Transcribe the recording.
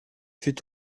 fut